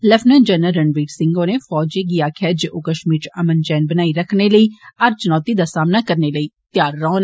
lieutenant general Ranbir Singh होरें फौज गी आक्खेआ जे ओ कम्मीर च अमन चैन बनाई रक्खने लेई हर चुनौती दा सामना करने लेई तैआर रौहन